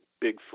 Bigfoot